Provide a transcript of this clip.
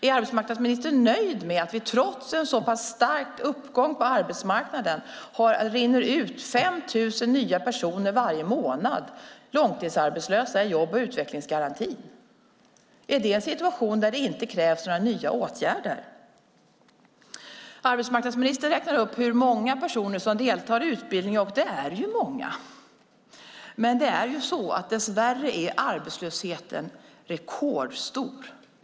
Är arbetsmarknadsministern nöjd med att det, trots en så pass stark uppgång på arbetsmarknaden, rinner ut 5 000 nya långtidsarbetslösa personer varje månad i jobb och utvecklingsgarantin? Är det en situation där det inte krävs några nya åtgärder? Arbetsmarknadsministern räknar upp hur många personer som deltar i utbildning, och det är ju många. Dess värre är arbetslösheten rekordstor.